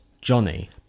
Johnny